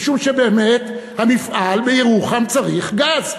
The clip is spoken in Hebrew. משום שבאמת המפעל בירוחם צריך גז,